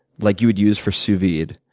like you would use for sous-vide,